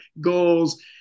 goals